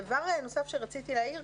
דבר נוסף שרציתי להעיר,